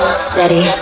steady